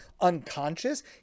unconscious